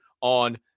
on